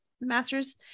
master's